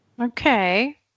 Okay